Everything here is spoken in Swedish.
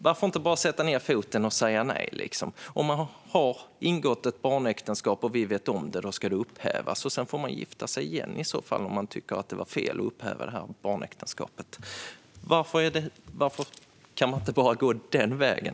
Varför inte bara sätta ned foten och säga nej? Om man har ingått barnäktenskap och vi vet om det ska det upphävas. Sedan får man gifta sig igen om man tycker att det var fel att upphäva barnäktenskapet. Varför kan vi inte bara gå den vägen?